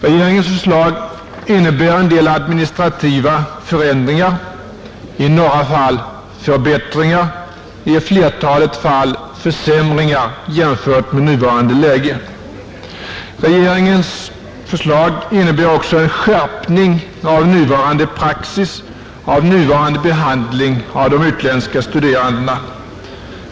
Regeringens förslag innebär en del administrativa förändringar, i några fall förbättringar, i flertalet fall försämringar jämfört med nuvarande läge. Regeringens förslag innebär också en skärpning av nuvarande praxis i behandlingen av de utländska studerandena.